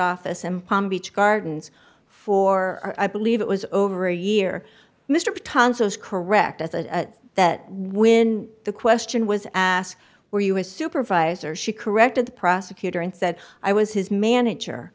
office in palm beach gardens for i believe it was over a year mr tonsils correct as a that when the question was asked were you a supervisor she corrected the prosecutor and said i was his manager